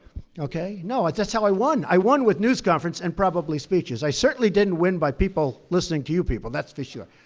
no, that's that's how i won. i won with news conferences and probably speeches. i certainly didn't win by people listening to you people, that's for sure.